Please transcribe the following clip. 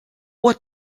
what